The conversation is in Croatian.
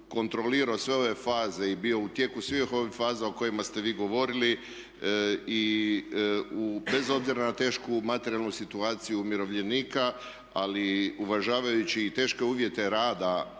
kontrolirao sve ove faze i bio u tijeku svih ovih faza o kojima ste vi govorili i bez obzira na tešku materijalnu situaciju umirovljenika ali uvažavajući i teške uvjete rada